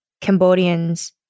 Cambodians